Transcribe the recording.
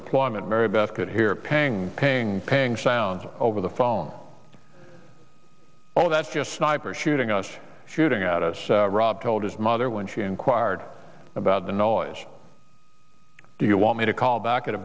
deployment marybeth could hear pangs paying sounds over the phone oh that's your sniper shooting us shooting at us rob told his mother when she inquired about the noise do you want me to call back at a